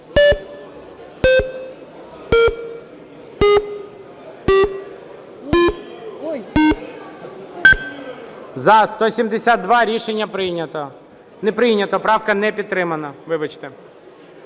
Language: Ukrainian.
За-172 Рішення прийнято... Не прийнято, правка не підтримана. Вибачте.